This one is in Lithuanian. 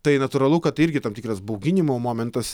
tai natūralu kad tai irgi tam tikras bauginimo momentas